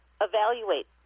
evaluate